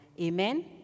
Amen